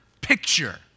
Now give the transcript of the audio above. picture